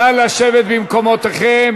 נא לשבת במקומותיהם.